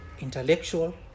intellectual